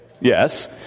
Yes